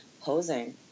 posing